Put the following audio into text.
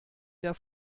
der